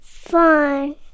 Fine